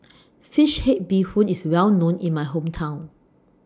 Fish Head Bee Hoon IS Well known in My Hometown